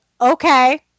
okay